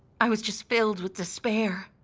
i was just filled with despair.